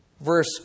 Verse